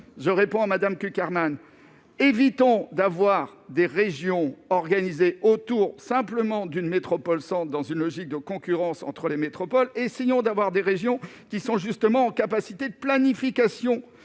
répondre à Mme Cukierman, évitons d'avoir des régions organisées autour d'une simple métropole-centre dans une logique de concurrence entre les métropoles, et essayons d'avoir des régions qui ont des capacités de planification